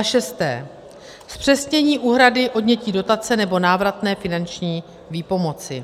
6. zpřesnění úhrady odnětí dotace nebo návratné finanční výpomoci;